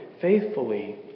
faithfully